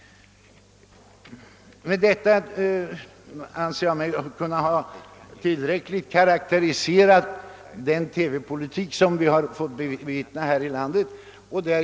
Med detta anser jag mig tillräckligt ha karakteriserat den TV-politik som vi fått bevittna här i landet.